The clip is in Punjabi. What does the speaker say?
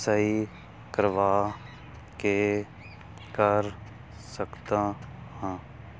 ਸਹੀ ਕਰਵਾ ਕੇ ਕਰ ਸਕਦਾ ਹਾਂ